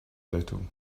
little